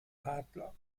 adler